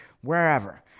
wherever